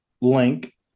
link